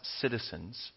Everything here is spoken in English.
citizens